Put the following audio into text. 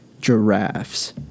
giraffes